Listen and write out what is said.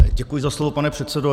Děkuji za slovo, pane předsedo.